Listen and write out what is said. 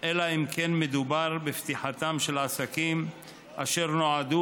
אלא אם כן מדובר בפתיחתם של עסקים אשר נועדו